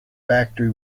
factory